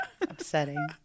upsetting